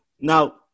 now